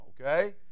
Okay